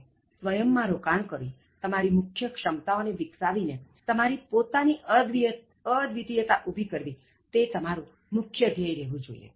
તો સ્વયમ્ માં રોકાણ કરી તમારી મુખ્ય ક્ષમતાઓને વિકસાવી ને તમારી પોતાની અદ્વિતીયતા ઊભી કરવી તે તમારું મુખ્ય ધ્યેય રહેવું જોઇએ